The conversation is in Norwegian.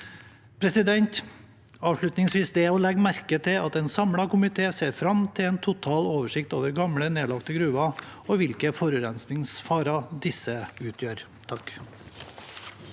organisering. Avslutningsvis: Det er å legge merke til at en samlet komité ser fram til en total oversikt over gamle nedlagte gruver og hvilke forurensningsfarer disse utgjør. Rasmus